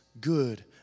good